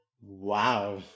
wow